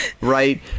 right